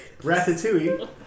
Ratatouille